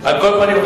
על כל פנים,